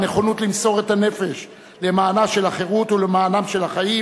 הנכונות למסור את הנפש למען החירות ולמען החיים